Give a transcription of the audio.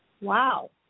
wow